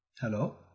Hello